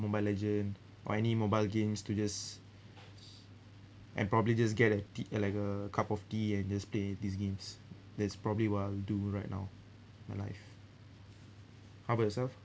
mobile legend or any mobile games to just and probably just get a t~ like a cup of tea and just play these games that's probably what I'll do right now my life how about yourself